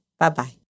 Bye-bye